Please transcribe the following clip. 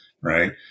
right